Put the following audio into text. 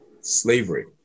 slavery